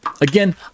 Again